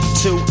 two